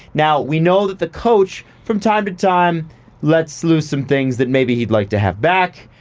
now we know that the coach from time-to-time lets lose some things that maybe he'd like to have back.